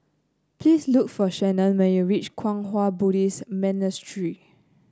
please look for Shannon when you reach Kwang Hua Buddhist Monastery